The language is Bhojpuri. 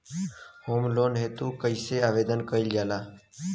होम लोन हेतु कइसे आवेदन कइल जाला?